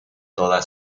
toda